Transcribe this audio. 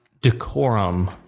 decorum